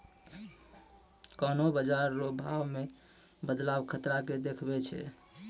कोन्हों बाजार रो भाव मे बदलाव खतरा के देखबै छै